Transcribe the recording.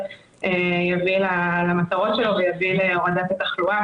יביא למטרות שלו ויביא להורדת התחלואה,